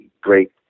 great